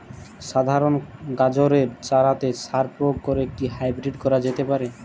সাধারণ গাজরের চারাতে সার প্রয়োগ করে কি হাইব্রীড করা যেতে পারে?